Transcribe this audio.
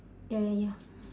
ya ya ya